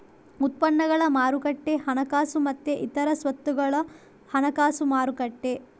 ಉತ್ಪನ್ನಗಳ ಮಾರುಕಟ್ಟೆ ಹಣಕಾಸು ಮತ್ತೆ ಇತರ ಸ್ವತ್ತುಗಳ ಹಣಕಾಸು ಮಾರುಕಟ್ಟೆ